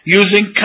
using